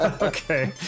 Okay